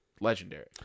Legendary